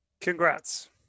Congrats